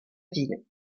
ville